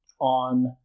on